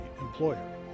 employer